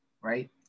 right